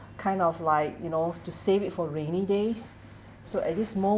kind of like you know to save it for rainy days so at this moment